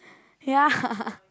ya